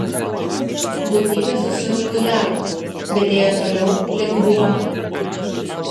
būtybė susvirduliavo bet ėjo toliau link buomo